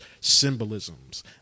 symbolisms